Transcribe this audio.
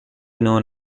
known